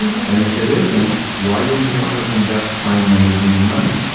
and if it isn't, why would you want to invest time, energy and money?